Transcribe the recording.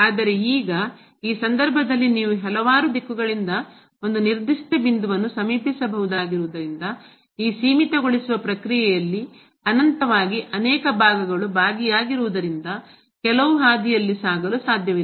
ಆದರೆ ಈಗ ಈ ಸಂದರ್ಭದಲ್ಲಿ ನೀವು ಹಲವಾರು ದಿಕ್ಕುಗಳಿಂದ ಒಂದು ನಿರ್ದಿಷ್ಟ ಬಿಂದುವನ್ನು ಸಮೀಪಿಸಬಹುದಾಗಿರುವುದರಿಂದ ಈ ಸೀಮಿತಗೊಳಿಸುವ ಪ್ರಕ್ರಿಯೆಯಲ್ಲಿ ಅನಂತವಾಗಿ ಅನೇಕ ಭಾಗಗಳು ಭಾಗಿಯಾಗಿರುವುದರಿಂದ ಕೆಲವು ಹಾದಿಯಲ್ಲಿ ಸಾಗಲು ಸಾಧ್ಯವಿಲ್ಲ